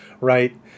right